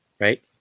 right